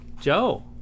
Joe